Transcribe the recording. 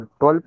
12%